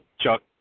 Chuck